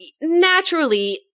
naturally